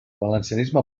valencianisme